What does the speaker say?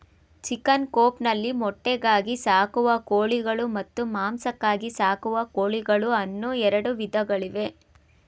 chicken coop ನಲ್ಲಿ ಮೊಟ್ಟೆಗಾಗಿ ಸಾಕುವ ಕೋಳಿಗಳು ಮತ್ತು ಮಾಂಸಕ್ಕಾಗಿ ಸಾಕುವ ಕೋಳಿಗಳು ಅನ್ನೂ ಎರಡು ವಿಧಗಳಿವೆ